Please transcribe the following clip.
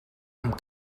amb